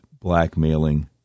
blackmailing